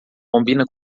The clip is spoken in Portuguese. combina